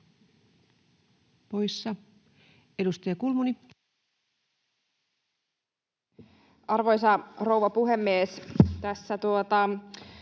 poissa. — Edustaja Kulmuni. Arvoisa rouva puhemies! Tässä